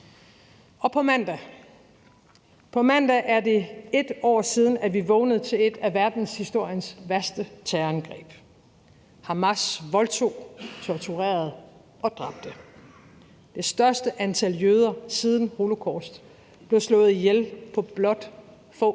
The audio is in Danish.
På mandag er det 1 år siden, vi vågnede til et af verdenshistoriens værste terrorangreb. Hamas voldtog, torturerede og dræbte. Det største antal jøder siden holocaust blev slået ihjel på blot få